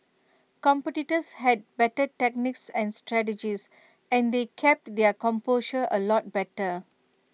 competitors had better techniques and strategies and they kept their composure A lot better